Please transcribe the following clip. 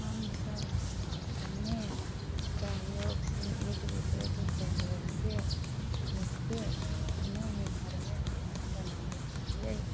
हम सभ अपने सहयोगसँ एक दूसरेके सहयोगसँ सीखके अपने ही घरमे खाना बनाबै छियै